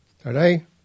today